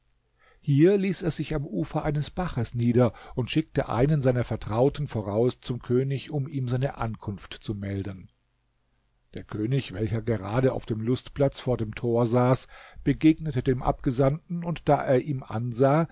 hier ließ er sich am ufer eines baches nieder und schickte einen seiner vertrauten voraus zum könig um ihm seine ankunft zu melden der könig welcher gerade auf dem lustplatz vor dem tor saß begegnete dem abgesandten und da er ihm ansah